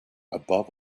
above